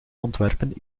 ontwerpen